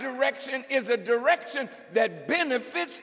direction is a direction that benefits